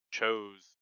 chose